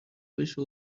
بشه